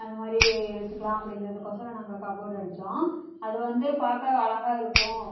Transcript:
அந்த மாதிரி வச்சுக்கலாம் அப்படிங்குறதுக்கோசறோம் நாங்கள் கபோர்ட்டு அடித்தோம் அது வந்து பார்க்க அழகாக இருக்கும்